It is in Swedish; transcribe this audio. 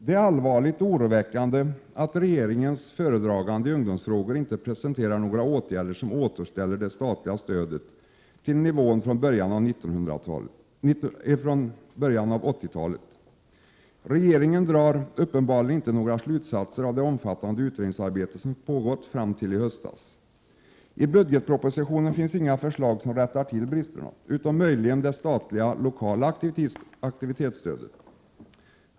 Det är allvarligt och oroande att regeringens föredragande i ungdomsfrågor inte presenterar några åtgärder som återställer det statliga stödet till den nivå den hade i början av 1980-talet. Regeringen drar uppenbarligen inte några slutsatser av det omfattande utredningsarbete som har pågått fram till i höstas. I budgetpropositionen finns inga förslag som rättar till bristerna, utom möjligen det statliga lokala aktivitetsstödet.